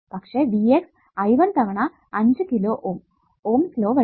പക്ഷെ v x I1 തവണ 5 kilo ohm ohms law വഴി